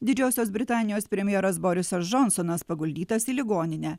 didžiosios britanijos premjeras borisas džonsonas paguldytas į ligoninę